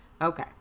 okay